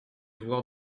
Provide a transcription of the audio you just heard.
voir